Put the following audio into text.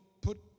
put